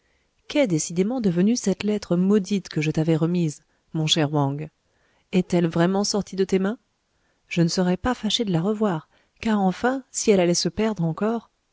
qu'est décidément devenue cette lettre maudite que je t'avais remise mon cher wang est-elle vraiment sortie de tes mains je ne serais pas fâché de la revoir car enfin si elle allait se perdre encore